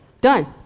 done